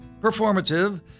performative